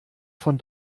von